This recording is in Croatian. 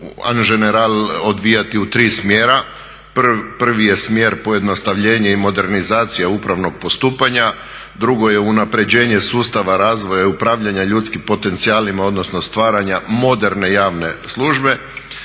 an general odvijati u tri smjera, prvi je smjer pojednostavljenje i modernizacija upravnog postupanja, drugo je unaprjeđenje sustava razvoja i upravljanja ljudskim potencijalima odnosno stvaranja moderne javne službe